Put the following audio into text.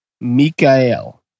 Mikael